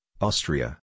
Austria